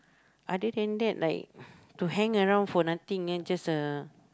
other than that like to hang around for nothing and just uh